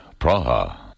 Praha